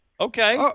Okay